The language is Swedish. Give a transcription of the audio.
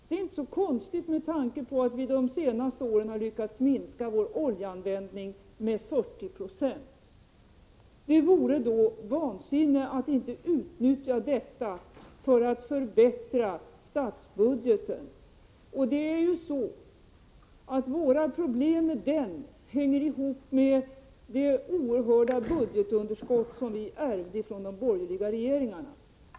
Det är inte så konstigt med tanke på att vi de senaste åren har lyckats minska vår oljeanvändning med 40 90. Det vore vansinne att inte utnyttja detta för att förbättra statsbudgeten. Våra problem med den hänger ihop med det oerhörda budgetunderskott som vi ärvde från de borgerliga regeringarna.